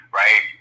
right